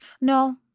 No